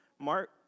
Mark